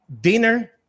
dinner